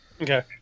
Okay